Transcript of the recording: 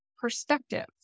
perspective